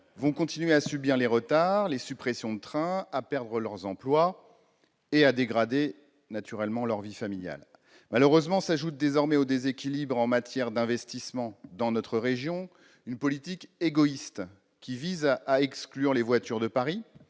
vont continuer à subir les retards et suppressions de train, à perdre leur emploi et à voir leur vie familiale se dégrader. Malheureusement, s'ajoute désormais au déséquilibre en matière d'investissements dans notre région une politique égoïste qui vise à exclure les voitures de Paris,